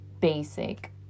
basic